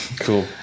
Cool